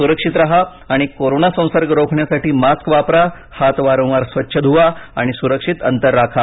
सुरक्षित राहा आणि कोरोना संसर्ग रोखण्यासाठी मास्क वापरा हात वारंवार स्वच्छ धुवा आणि सुरक्षित अंतर राखा